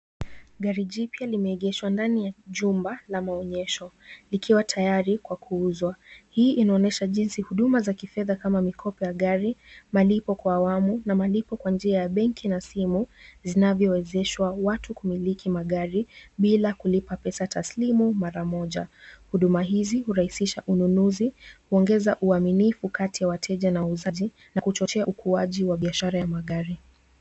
Gari jipya limeegeshwa ndani ya jumba la maonyesho likiwa tayari kwa kuuzwa. Hii inaonyesha jinsi huduma za kifedha kama mikopo ya gari, malipo kwa awamu na malipo kwa njia ya benki na simu zinavyowezeshwa watu kumiliki magari bila kulipa pesa taslimu mara moja. Huduma hizi hurahisisha ununuzi, huongeza uaminifu kati ya wateja na muuzaji na kuchochea ukuaji wa biashara ya magari.